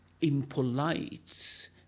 impolite